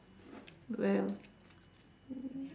well